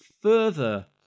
further